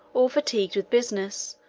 or fatigued with business,